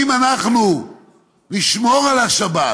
אם אנחנו נשמור על השבת,